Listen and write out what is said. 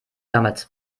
damals